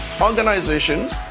organizations